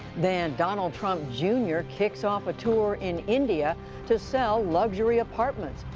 then donald trump jr. kicks off a tour in india to sell luxury apartments,